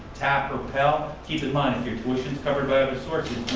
tap or pell. keep in mind if your tuition is covered by other sources,